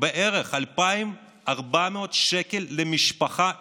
2,400 שקל למשפחה לחודש.